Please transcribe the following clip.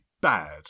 bad